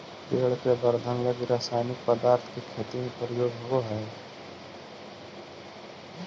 पेड़ के वर्धन लगी रसायनिक पदार्थ के खेती में प्रयोग होवऽ हई